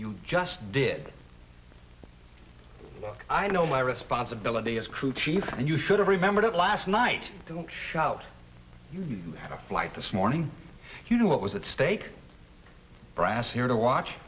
you just did i know my responsibility as crew chief and you should have remembered it last night don't shout you have a flight this morning you know what was at stake brass here to watch